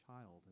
child